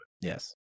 Yes